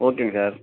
ஓகேங்க சார்